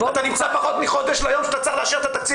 אתה נמצא פחות מחודש מהיום שבו אתה צריך לאשר את התקציב